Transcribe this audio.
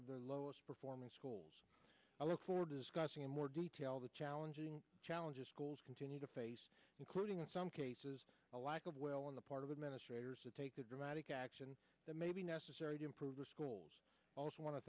of the lowest performing schools i look forward to discussing in more detail the challenging challenges schools continue to face including in some cases a lack of well on the part of administrators to take a dramatic action that may be necessary to improve the schools also wan